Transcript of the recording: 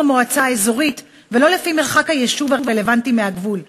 המועצה האזורית ולא לפי מרחק היישוב הרלוונטי מהגבול?